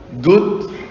good